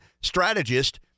strategist